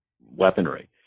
weaponry